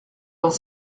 vingt